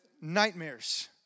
Nightmares